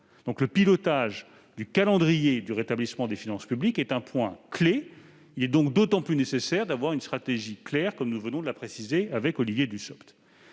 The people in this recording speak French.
le pilotage du calendrier du rétablissement des finances publiques est un point-clé. Il est d'autant plus nécessaire d'avoir une stratégie claire ; nous venons de préciser la nôtre avec Olivier Dussopt.